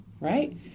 Right